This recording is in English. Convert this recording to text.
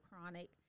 chronic